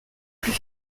plus